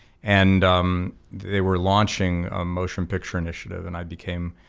and they were launching a motion picture initiative and i became